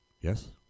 Yes